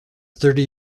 thirty